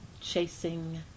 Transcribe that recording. chasing